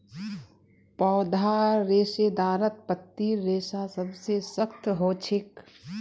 पौधार रेशेदारत पत्तीर रेशा सबसे सख्त ह छेक